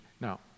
Now